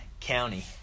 County